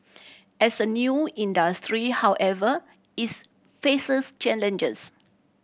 as a new industry however its faces challenges